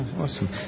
Awesome